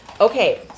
Okay